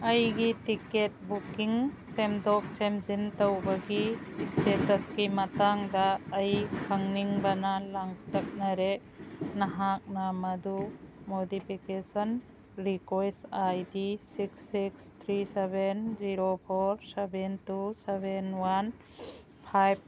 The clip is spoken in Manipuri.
ꯑꯩꯒꯤ ꯇꯤꯛꯀꯦꯠ ꯕꯨꯛꯀꯤꯡ ꯁꯦꯝꯗꯣꯛ ꯁꯦꯝꯖꯤꯟ ꯇꯧꯕꯒꯤ ꯏꯁꯇꯦꯇꯁꯀꯤ ꯃꯇꯥꯡꯗ ꯑꯩ ꯈꯪꯅꯤꯡꯕꯅ ꯂꯥꯡꯇꯛꯅꯔꯦ ꯅꯍꯥꯛꯅ ꯃꯗꯨ modification request I D six six three seven zero four seven two seven one five